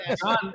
john